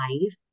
life